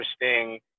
interesting